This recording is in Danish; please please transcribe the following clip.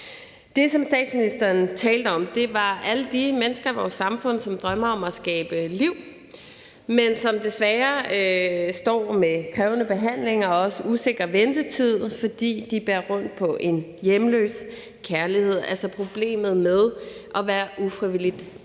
Det, som statsministeren talte om, var alle de mennesker i vores samfund, som drømmer om at skabe liv, men som desværre står med krævende behandlinger og også usikker ventetid, fordi de bærer rundt på en hjemløs kærlighed. Det er altså problemet med at være ufrivilligt barnløs.